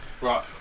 right